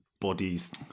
bodies